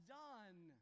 done